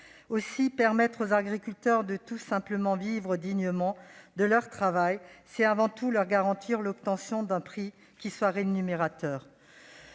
Aussi, permettre aux agriculteurs de vivre dignement de leur travail, c'est avant tout leur garantir l'obtention d'un prix rémunérateur.